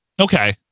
okay